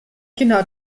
genau